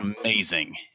amazing